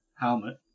helmet